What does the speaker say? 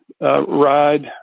ride